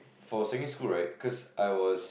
for secondary school right cause I was